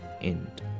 end